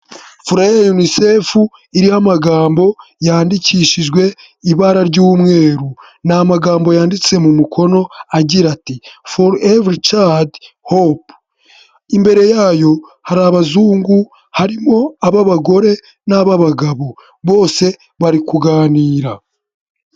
Furaya yunisefu iriho amagambo yandikishijwe ibara ry'umweru. Ni amagambo yanditse mu mukono agira ati foru evuri cadi hope, imbere yayo hari abazungu harimo ab'abagore n'ab'abagabo bose bari kuganira.